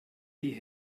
die